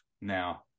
now